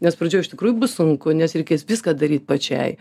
nes pradžioj iš tikrųjų bus sunku nes reikės viską daryt pačiai